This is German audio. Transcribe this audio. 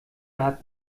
hat